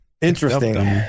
interesting